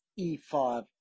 e5